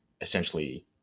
essentially